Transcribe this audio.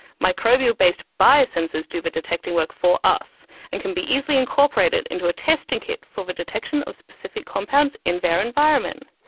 microbial based biosensors do the detecting work for us and can be easily incorporated into a testing kit for the detection of specific compounds in their environment.